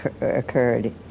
occurred